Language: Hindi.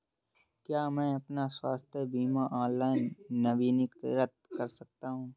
क्या मैं अपना स्वास्थ्य बीमा ऑनलाइन नवीनीकृत कर सकता हूँ?